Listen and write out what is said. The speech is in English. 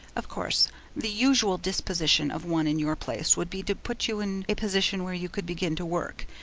of course the usual disposition of one in your place would be to put you in a position where you could begin to work,